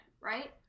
right